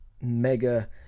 mega